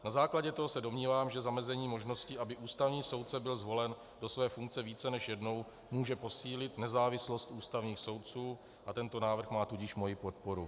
Na základě toho se domnívám, že zamezení možnosti, aby ústavní soudce byl zvolen do své funkce více než jednou, může posílit nezávislost ústavních soudců, a tento návrh má tudíž moji podporu.